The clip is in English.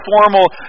formal